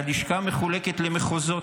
הלשכה מחולקת למחוזות,